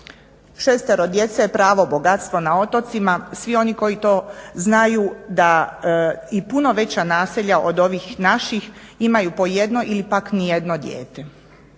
Šestero djece je pravo bogatstvo na otocima, svi oni koji to znaju da i puno veća naselja od ovih naših imaju po jedno ili nijedno dijete.